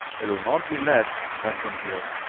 it'll not be lead that's in here!